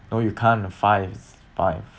no you can't uh five fives